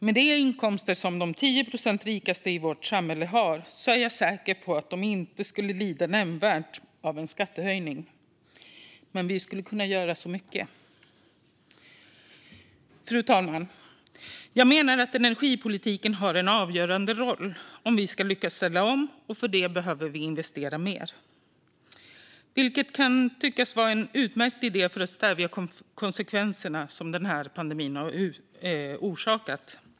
Med de inkomster som de 10 rikaste procenten i vårt samhälle har är jag säker på att de inte skulle lida nämnvärt av en skattehöjning, men vi skulle kunna göra så mycket. Fru talman! Jag menar att energipolitiken har en avgörande roll om vi lyckas ställa om, och för det behöver vi investera mer. Detta kan tyckas vara en utmärkt idé för att stävja konsekvenserna av pandemin.